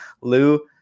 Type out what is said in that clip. Lou